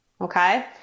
Okay